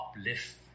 Uplift